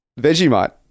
Vegemite